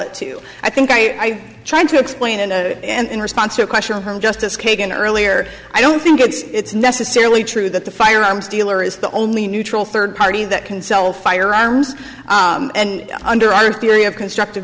it to i think i tried to explain and in response to a question from justice kagan earlier i don't think it's necessarily true that the firearms dealer is the only neutral third party that can sell firearms and under our theory of constructive